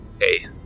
Hey